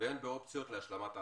והן באופציות להשלמת ההשכלה.